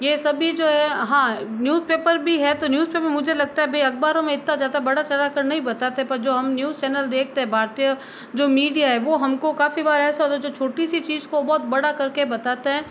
ये सभी जो है हाँ न्यूज़ पेपर भी है तो न्यूज़ पेपर मुझे लगता है भई अखबारों में इतना ज़्यादा बढ़ा चढ़ा कर नहीं बताते पर जो हम न्यूज़ चैनल देखते हैं भारतीय जो मीडिया है वो हमको काफ़ी बार ऐसा होता है जो छोटी सी चीज को बहुत बड़ा करके बताते हैं